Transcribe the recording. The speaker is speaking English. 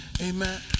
Amen